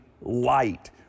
light